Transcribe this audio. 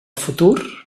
futur